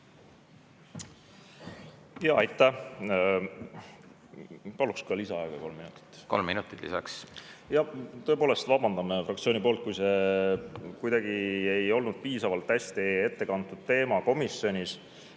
Aitäh! Paluks ka lisaaega kolm minutit. Kolm minutit lisaks. Tõepoolest, vabandan fraktsiooni nimel, kui see teema ei olnud piisavalt hästi ette kantud komisjonis.